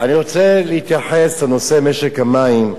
אני רוצה להתייחס לנושא משק המים.